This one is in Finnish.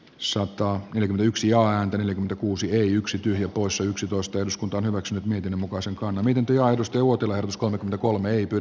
sota on yksi ja anten eli kuusi yksi tyhjä poissa yksitoista jos kunto on hyväksynyt miten mukaansa kone miten työ aidosti uotila jos kolme kolme ibid